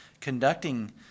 conducting